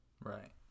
Right